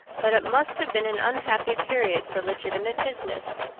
but it must have been an unhappy period for legitimate business.